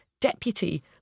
deputy